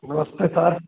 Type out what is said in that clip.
नमस्ते सर